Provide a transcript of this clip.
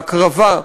בהקרבה,